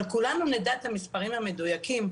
אבל כולנו נדע את המספרים המדויקים,